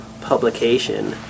publication